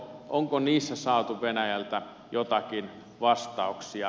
onko niissä saatu venäjältä jotakin vastauksia